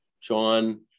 John